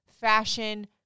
fashion